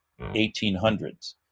1800s